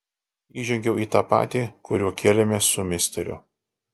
įžengiau į tą patį kuriuo kėlėmės su misteriu